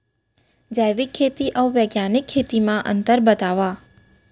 जैविक खेती अऊ बैग्यानिक खेती म अंतर बतावा?